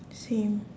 same